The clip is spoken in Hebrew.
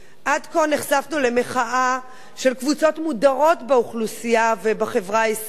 עד כה נחשפנו למחאה של קבוצות מודרות באוכלוסייה ובחברה הישראלית,